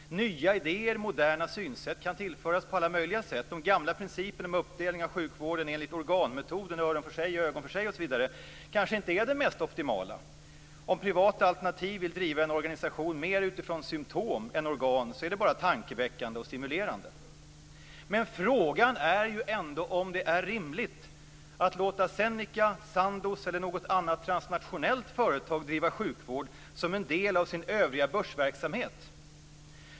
Nya idéer och moderna synsätt kan tillföras på alla möjliga sätt. Den gamla principen om uppdelning av sjukvården enligt organmetoden, ögon för sig, öron för sig osv., kanske inte är den mest optimala. Om privata alternativ vill driva en organisation mer utifrån symtom än organ är det bara tankeväckande och stimulerande. Frågan är ändå om det är rimligt att låta Zeneca, Sandoz eller något annat transnationellt företag driva sjukvård som en del av sin övriga börsverksamhet.